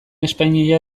espainia